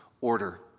order